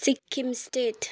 Sikkim state